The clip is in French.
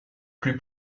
plus